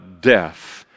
death